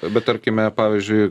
bet tarkime pavyzdžiui